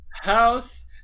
House